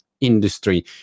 industry